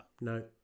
No